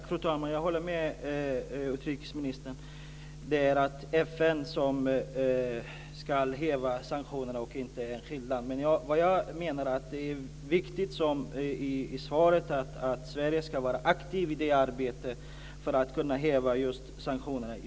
Fru talman! Jag håller med utrikesministern att det är FN som ska häva sanktionerna, inte enskilda länder. Jag menar att det är viktigt, som det framgick i svaret, att Sverige ska vara aktivt i arbetet för att kunna häva sanktionerna.